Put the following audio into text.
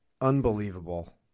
Unbelievable